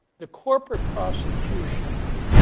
the corporate prosecution